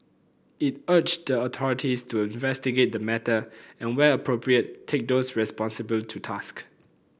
it urged the authorities to investigate the matter and where appropriate take those responsible to task